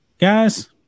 Guys